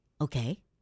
Okay